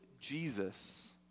Jesus